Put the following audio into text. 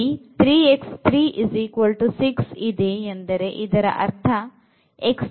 ಇಲ್ಲಿ 3 6 ಇದೆ ಇದರ ಅರ್ಥ 2 ಎಂದು